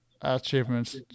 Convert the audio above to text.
achievements